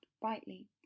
brightly